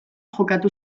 jokatu